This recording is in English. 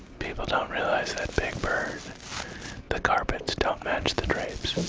people don't realize that big bird the carpets don't match the drapes.